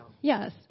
Yes